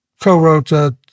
co-wrote